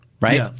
right